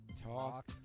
talk